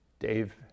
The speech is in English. Dave